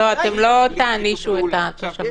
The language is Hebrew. לא, אתם לא תענישו את התושבים.